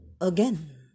again